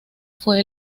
fue